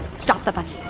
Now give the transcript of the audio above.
stop the buggy